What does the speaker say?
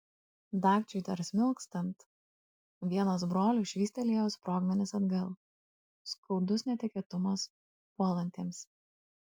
dagčiui dar smilkstant vienas brolių švystelėjo sprogmenis atgal skaudus netikėtumas puolantiems